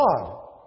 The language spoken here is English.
God